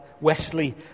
Wesley